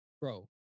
Bro